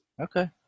Okay